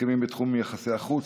הסכמים בתחום יחסי החוץ,